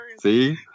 See